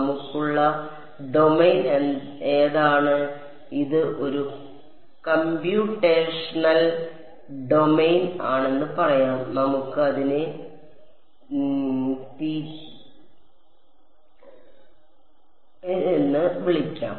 നമുക്കുള്ള ഡൊമെയ്ൻ ഏതാണ് ഇത് ഒരു കമ്പ്യൂട്ടേഷണൽ ഡൊമെയ്ൻ ആണെന്ന് പറയാം നമുക്ക് അതിനെ എന്ന് വിളിക്കാം